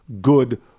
good